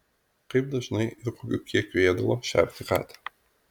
kaip dažnai ir kokiu kiekiu ėdalo šerti katę